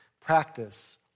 practice